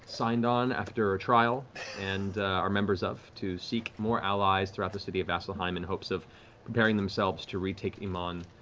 signed on after a trial and are members of, to seek more allies throughout the city of vasselheim in hopes of preparing themselves to retake emon,